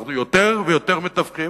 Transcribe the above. אנחנו יותר ויותר מתווכים,